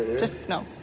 just, no.